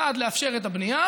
מחד גיסא לאפשר את בנייה,